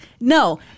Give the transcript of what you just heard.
no